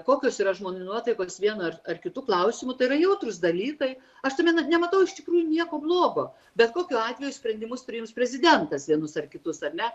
kokios yra žmonių nuotaikos vienu ar kitu klausimu tai yra jautrūs dalykai aš tame nematau iš tikrųjų nieko blogo bet kokiu atveju sprendimus priims prezidentas vienus ar kitus ar ne